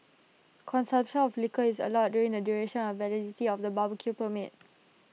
consumption of liquor is allowed during the duration of validity of the barbecue permit